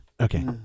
Okay